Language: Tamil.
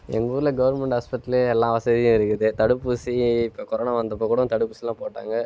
எங்கள் ஊரில் கவர்மெண்ட் ஹாஸ்பிட்டலு எல்லா வசதியும் இருக்குது தடுப்பூசி இப்போ கொரோனா வந்தப்போ கூடோ தடுப்பூசிலாம் போட்டாங்க